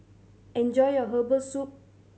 enjoy your herbal soup